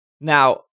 Now